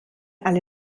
alle